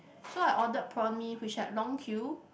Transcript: so I ordered Prawn Mee which had long queue